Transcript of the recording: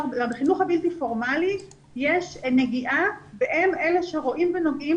הבלתי פורמלי יש נגיעה והם אלה שרואים ונוגעים